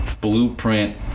blueprint